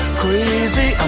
crazy